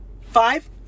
Five